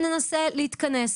בואו ננסה להתכנס.